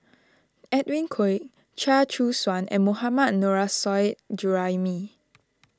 Edwin Koek Chia Choo Suan and Mohammad Nurrasyid Juraimi